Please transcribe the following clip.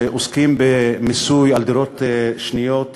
שעוסקים במיסוי דירות שניות בישראל,